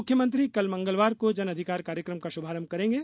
मुख्यमंत्री कल मंगलवार को जन अधिकार कार्यक्रम का शुभारंभ करेंगे